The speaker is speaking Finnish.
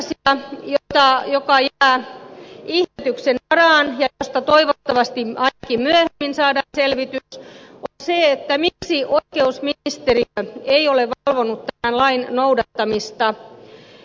toinen asia joka jää ihmetyksen varaan ja josta toivottavasti ainakin myöhemmin saadaan selvitys on se miksi oikeusministeriö ei ole valvonut tämän lain noudattamista